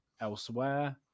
elsewhere